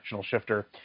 Shifter